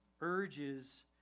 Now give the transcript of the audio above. urges